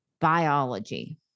biology